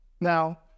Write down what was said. Now